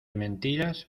mentiras